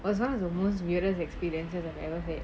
was one of the most weirdest experience I've ever had